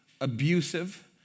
abusive